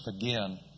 again